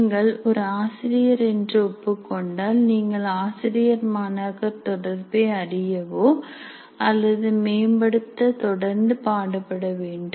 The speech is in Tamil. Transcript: நீங்கள் ஒரு ஆசிரியர் என்று ஒப்புக் கொண்டால் நீங்கள் ஆசிரியர் மாணாக்கர் தொடர்பை அறியவோ அல்லது மேம்படுத்தப்படதொடர்ந்து பாடுபட வேண்டும்